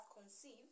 conceived